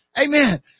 Amen